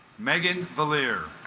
megan valier